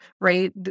right